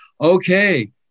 okay